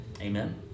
Amen